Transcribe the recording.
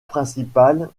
principale